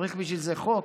צריך בשביל זה חוק?